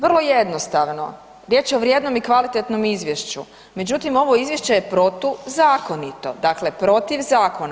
Vrlo jednostavno, riječ je o vrijednom i kvalitetnom izvješću, međutim ovo izvješće je protuzakonito, dakle protiv zakona.